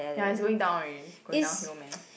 ya it's going down already going down hill man